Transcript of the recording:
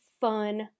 fun